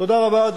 תודה רבה.